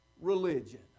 religion